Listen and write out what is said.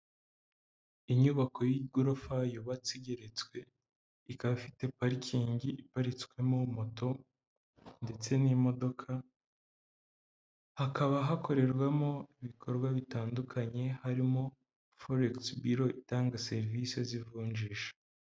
Inyubako y'igorofa yubatse igeretswe, ikaba ifite parikingi iparitswemo moto ndetse n'imodoka, hakaba hakorerwamo ibikorwa bitandukanye harimo foregisi biro itanga serivisi z'ivunjisha.